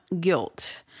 guilt